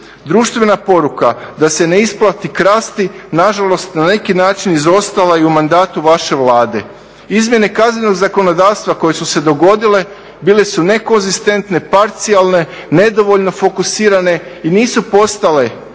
Društvena poruka da se ne isplati krasti nažalost na neki način izostala je u mandatu vaše Vlade. Izmjene kaznenog zakonodavstva koje su se dogodile bile su nekonzistentne, parcijalne, nedovoljno fokusirane i nisu postale